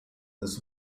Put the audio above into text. his